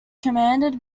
commanded